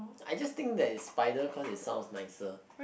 I just think that spider cause is sound nicer